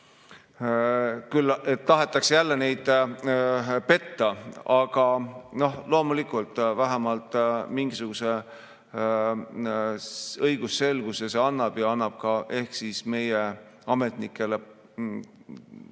et tahetakse jälle neid petta. Aga loomulikult, vähemalt mingisuguse õigusselguse see annab ja annab ka ehk meie ametnikele parema